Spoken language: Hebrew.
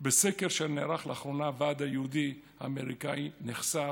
"בסקר שערך לאחרונה הוועד היהודי-האמריקאי נחשף